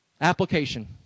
Application